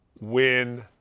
win